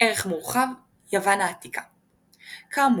ערך מורחב – יוון העתיקה כאמור,